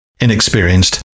inexperienced